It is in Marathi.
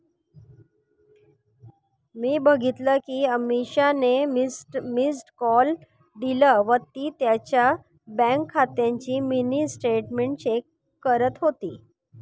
मी बघितल कि अमीषाने मिस्ड कॉल दिला व ती तिच्या बँक खात्याची मिनी स्टेटमेंट चेक करत होती